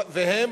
והן,